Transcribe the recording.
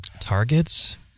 Targets